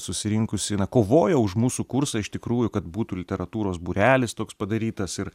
susirinkusi na kovojo už mūsų kursą iš tikrųjų kad būtų literatūros būrelis toks padarytas ir